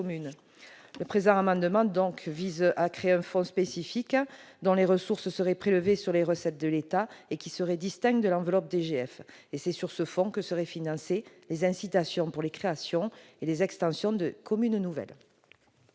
Le présent amendement vise donc à créer un fonds spécifique dont les ressources seraient prélevées sur les recettes de l'État et qui serait distinct de l'enveloppe DGF. C'est sur ce fonds que seraient financées les incitations pour les créations et les extensions de communes nouvelles.